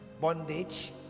bondage